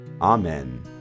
Amen